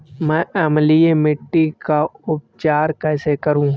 मैं अम्लीय मिट्टी का उपचार कैसे करूं?